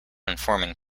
informing